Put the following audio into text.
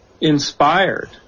inspired